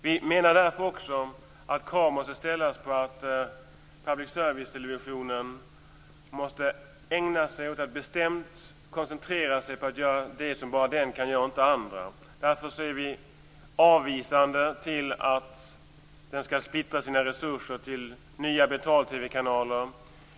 Vi menar därför också att krav måste ställas på att public service-televisionen ägnar sig åt att bestämt koncentrera sig på att göra det som bara den kan göra och inte andra. Därför ställer vi oss avvisande till att den skall splittra sina resurser på nya betal-TV kanaler.